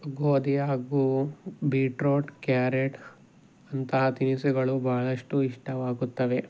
ಗೋಧಿ ಹಾಗೂ beetroot carrot ಅಂತಹ ತಿನಿಸುಗಳು ಬಹಳಷ್ಟು ಇಷ್ಟವಾಗುತ್ತವೆ